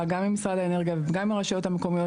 גם עם משרד האנרגיה וגם עם הרשויות המקומיות.